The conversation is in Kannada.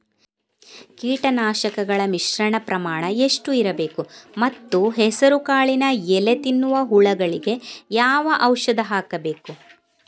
ಕೀಟನಾಶಕಗಳ ಮಿಶ್ರಣ ಪ್ರಮಾಣ ಎಷ್ಟು ಇರಬೇಕು ಮತ್ತು ಹೆಸರುಕಾಳಿನ ಎಲೆ ತಿನ್ನುವ ಹುಳಗಳಿಗೆ ಯಾವ ಔಷಧಿ ಹಾಕಬೇಕು?